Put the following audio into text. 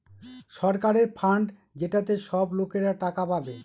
সরকারের ফান্ড যেটাতে সব লোকরা টাকা পাবে